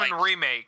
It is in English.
Remake